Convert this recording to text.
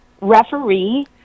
referee